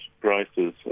prices